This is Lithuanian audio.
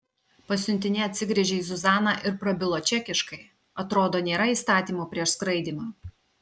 pasiuntinė atsigręžė į zuzaną ir prabilo čekiškai atrodo nėra įstatymo prieš skraidymą